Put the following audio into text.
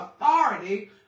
authority